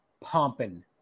pumping